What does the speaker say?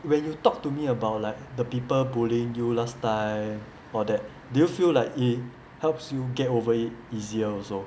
when you talk to me about like the people bullying you last time or that do you feel like it helps you get over it easier also